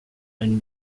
and